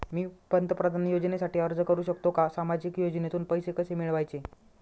मी पंतप्रधान योजनेसाठी अर्ज करु शकतो का? सामाजिक योजनेतून पैसे कसे मिळवायचे